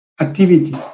activity